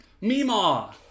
Mima